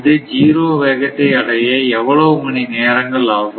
இது ஜீரோ வேகத்தை அடைய எவ்வளவு மணி நேரங்கள் ஆகும்